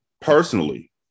personally